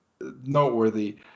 noteworthy